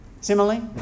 Similarly